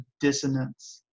dissonance